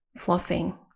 flossing